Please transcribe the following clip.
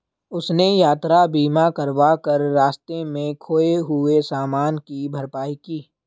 उसने यात्रा बीमा करवा कर रास्ते में खोए हुए सामान की भरपाई की